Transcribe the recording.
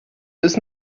bis